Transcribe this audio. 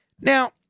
Now